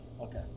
Okay